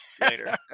later